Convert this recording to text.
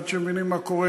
עד שמבינים מה קורה,